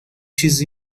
چیزی